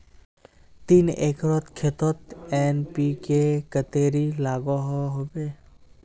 तीन एकर खेतोत एन.पी.के कतेरी लागोहो होबे?